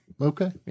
Okay